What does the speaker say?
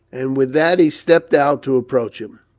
and with that he stepped out to approach him.